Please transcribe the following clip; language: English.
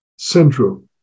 Central